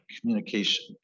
communication